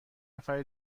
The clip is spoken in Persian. نفر